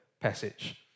passage